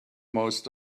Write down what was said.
most